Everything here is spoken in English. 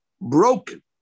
broken